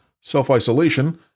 self-isolation